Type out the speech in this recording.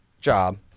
job